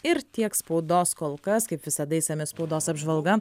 ir tiek spaudos kol kas kaip visada išsami spaudos apžvalga